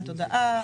תודעה,